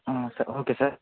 okay sir